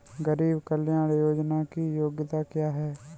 गरीब कल्याण योजना की योग्यता क्या है?